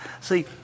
see